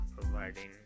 providing